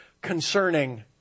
concerning